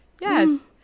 yes